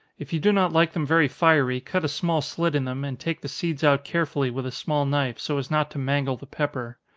if you do not like them very fiery, cut a small slit in them, and take the seeds out carefully with a small knife, so as not to mangle the pepper.